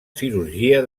cirurgia